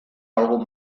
algun